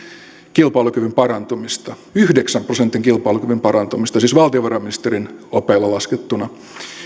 kilpailukyvyn parantumista yhdeksän prosentin kilpailukyvyn parantumista siis valtiovarainministerin opeilla laskettuna